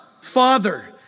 Father